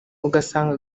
ugasanga